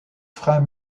freins